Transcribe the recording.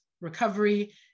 recovery